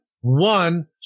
One